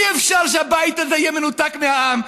אי-אפשר שהבית הזה יהיה מנותק מהעם,